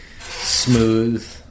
smooth